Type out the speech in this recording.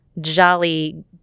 Jolly